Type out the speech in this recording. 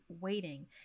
waiting